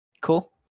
Cool